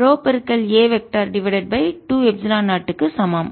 row a vector divided by 2 epsilon 0 க்கு சமம்